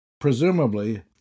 Presumably